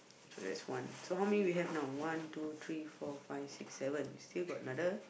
so that's one so how many we have now one two three four five six seven still got another